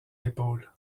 l’épaule